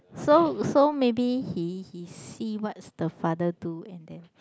so so maybe he he see what's the father do and then